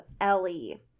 Ellie